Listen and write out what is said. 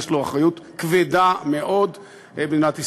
יש לו אחריות כבדה מאוד במדינת ישראל.